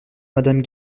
madame